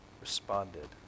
responded